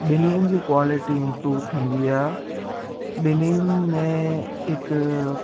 ॿिन्हिनि जी quality improve थींदी आहे ॿिन्हिनि में हिकु